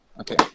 Okay